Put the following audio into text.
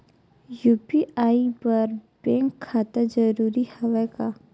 UPI बर bank खाता जरूरी हवय का?